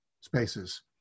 spaces